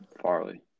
Farley